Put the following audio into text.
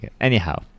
Anyhow